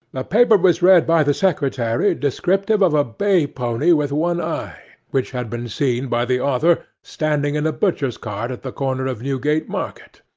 a paper was read by the secretary descriptive of a bay pony with one eye, which had been seen by the author standing in a butcher's cart at the corner of newgate market.